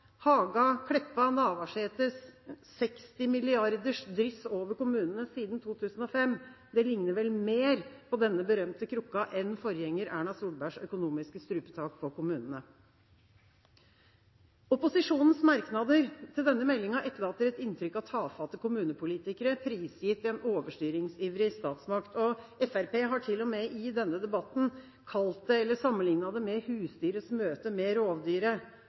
Haga, Kleppa og Navarsetes 60 mrd. kr dryss over kommunene siden 2005 ligner vel mer på denne berømte krukken enn forgjenger Erna Solbergs økonomiske strupetak på kommunene. Opposisjonens merknader til denne meldingen etterlater et inntrykk av tafatte kommunepolitikere, prisgitt en overstyringsivrig statsmakt. Fremskrittspartiet har til og med i denne debatten sammenlignet det med husdyrets møte med